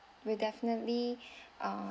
we'll definitely uh